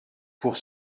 pour